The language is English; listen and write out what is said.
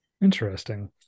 Interesting